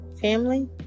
family